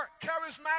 charismatic